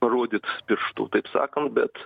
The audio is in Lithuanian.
rodyt pirštu taip sakant bet